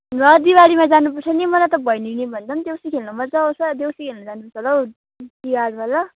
ल दिवालीमा जानुपर्छ नि मलाई त भैलिनीभन्दा पनि देउसी खेल्न मज्जा आउँछ देउसी खेल्न जानुपर्छ होला हौ तिहारमा ल